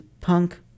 punk